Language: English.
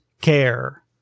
care